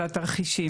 על התרחישים.